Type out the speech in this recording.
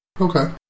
Okay